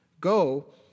Go